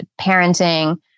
parenting